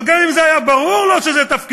אבל גם אם זה היה ברור לו שזה תפקידו,